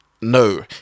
No